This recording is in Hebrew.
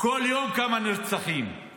כמה נרצחים כל יום.